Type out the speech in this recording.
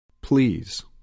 Please